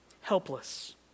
Helpless